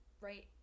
right